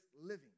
living